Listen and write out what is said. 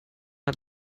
hat